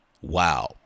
wow